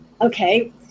Okay